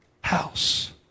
house